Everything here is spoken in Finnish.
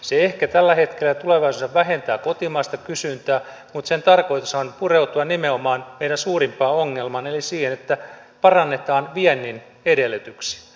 se ehkä tällä hetkellä ja tulevaisuudessa vähentää kotimaista kysyntää mutta sen tarkoitushan on pureutua nimenomaan meidän suurimpaan ongelmaan eli siihen että parannetaan viennin edellytyksiä